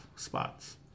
spots